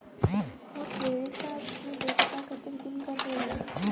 मोर credit card के वैधता कतेक दिन कर होही?